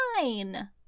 fine